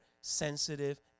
sensitive